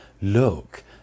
look